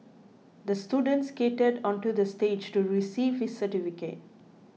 the student skated onto the stage to receive his certificate